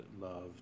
love